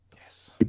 Yes